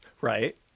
right